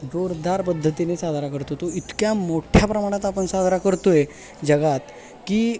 जोरदार पद्धतीने साजरा करतो तो इतक्या मोठ्या प्रमाणात आपण साजरा करतो आहे जगात की